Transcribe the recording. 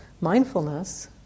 mindfulness